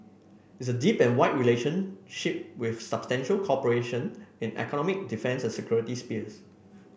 it's a deep and wide relationship with substantial cooperation in economic defence and security spheres